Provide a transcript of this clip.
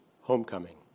homecoming